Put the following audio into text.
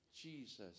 Jesus